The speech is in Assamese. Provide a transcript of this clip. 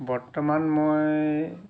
বৰ্তমান মই